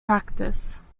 practice